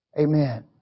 Amen